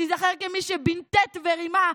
תיזכר כמי שבנטט ורימה,